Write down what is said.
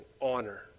honor